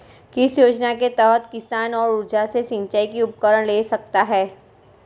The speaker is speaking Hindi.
किस योजना के तहत किसान सौर ऊर्जा से सिंचाई के उपकरण ले सकता है?